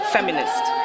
Feminist